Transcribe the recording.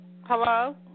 Hello